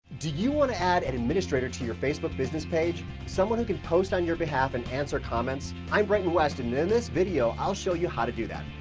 do you wanna add an administrator to your facebook business page? someone who can post on your behalf and answer comments? i'm brighton west and in this video, i'll show you how to do that.